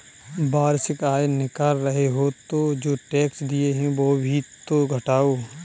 वार्षिक आय निकाल रहे हो तो जो टैक्स दिए हैं वो भी तो घटाओ